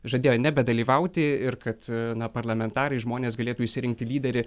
žadėjo nebedalyvauti ir kad na parlamentarai žmonės galėtų išsirinkti lyderį